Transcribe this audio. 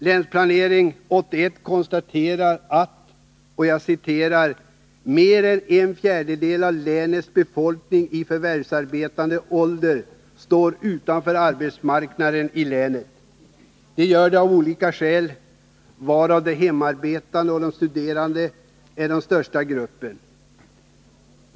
Länsplanering 81 konstaterar att ”mer än en fjärdedel av länets befolkning i förvärvsarbetande ålder står utanför arbetsmarknaden i länet — de gör det av olika skäl — varav de hemarbetande och de studerande är den största gruppen.